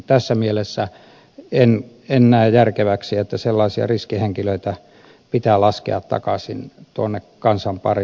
tässä mielessä en näe järkeväksi että sellaisia riskihenkilöitä pitää laskea takaisin tuonne kansan pariin